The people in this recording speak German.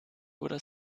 oder